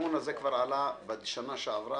הטיעון הזה כבר עלה בשנה שעברה,